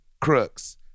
Crooks